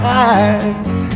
eyes